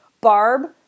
Barb